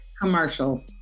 Commercial